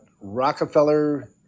rockefeller